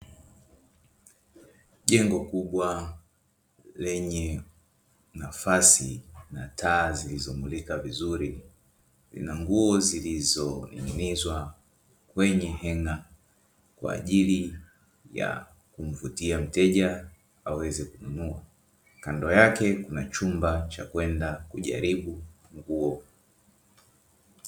Jengo kubwa lenye nafasi na taa zilizomulika vizuri lina nguo zilizonig'inizwa kwenye henga kwa ajili ya kumvutia mteja aweze kununua. Kando yake kuna chumba cha kwenda kujaribu nguo.